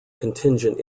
contingent